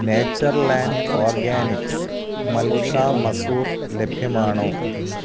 nature land organics malka masoor ലഭ്യമാണോ